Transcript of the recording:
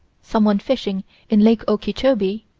someone fishing in lake okeechobee,